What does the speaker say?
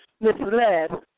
misled